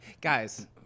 Guys